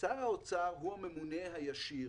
כאשר שר האוצר הוא הממונה הישיר